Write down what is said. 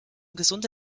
gesunde